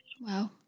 Wow